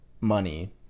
money